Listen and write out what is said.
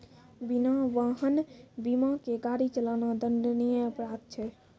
बिना वाहन बीमा के गाड़ी चलाना दंडनीय अपराध छै